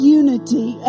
unity